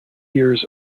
years